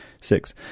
six